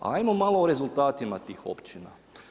Ajmo malo o rezultatima tih općina.